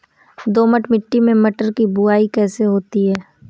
दोमट मिट्टी में मटर की बुवाई कैसे होती है?